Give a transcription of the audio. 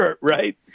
right